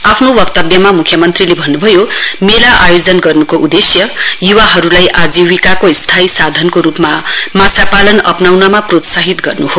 आफ्नो वक्तव्यमा म्ख्यमन्त्रीले भन्न्भयो मेला आयोजना गर्न्को उद्देश्य य्वाहरूलाई आजीविकाको स्थायी साधनको रूपमा माछा पालन अप्नाउन प्रोत्साहित गर्न् हो